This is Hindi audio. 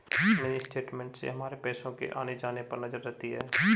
मिनी स्टेटमेंट से हमारे पैसो के आने जाने पर नजर रहती है